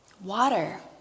water